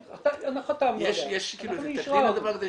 יש תקדים לדבר הזה,